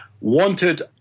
wanted